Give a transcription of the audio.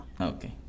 Okay